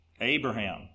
Abraham